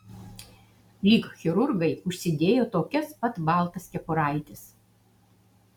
lyg chirurgai užsidėjo tokias pat baltas kepuraites